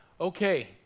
Okay